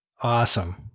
Awesome